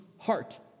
heart